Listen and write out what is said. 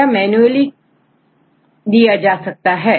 यह मैनुअली दिया जा सकता है